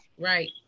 right